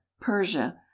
persia